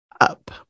up